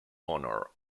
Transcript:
honor